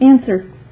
Answer